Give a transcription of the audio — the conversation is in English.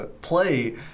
play